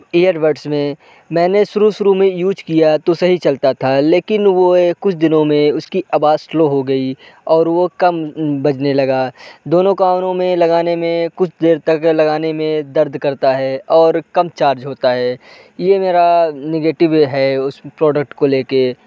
earbuds में मैंने शुरू शुरू में यूज़ किया तो सही चलता था लेकिन वो कुछ दिनों में उसकी आवाज़ स्लो हो गयी और वो कम बजने लगा दोनों कानों में लगाने में कुछ देर तक लगाने में दर्द करता है और कम चार्ज होता है ये मेरा नेगेटिव है उस प्रोडक्ट को लेके